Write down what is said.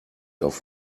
auf